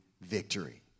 victory